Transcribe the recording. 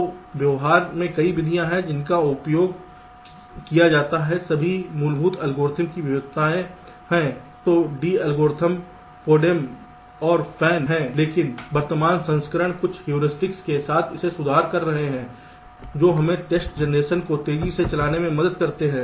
तो व्यवहार में कई विधियां हैं जिनका उपयोग किया जाता है वे सभी मूलभूत एल्गोरिदम की विविधताएं हैं जो D एल्गोरिथ्म PODEM और FAN हैं लेकिन वर्तमान संस्करण कुछ ह्यूरिस्टिकस के साथ इसमें सुधार कर रहे हैं जो हमें टेस्ट जनरेशन को तेजी से चलाने में मदद करते हैं